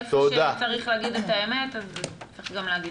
איפה שצריך להגיד את האמת, אז צריך גם להגיד.